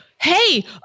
Hey